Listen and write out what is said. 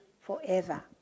forever